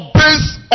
based